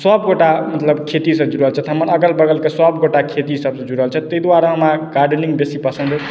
सबगोटा मतलब खेतीसँ जुड़ल छथि हमर बगलके सबगोटा खेतीसँ जुड़ल छथि ताहि दुआरे हमरो गार्डेनिङ्ग बेसी पसन्द अछि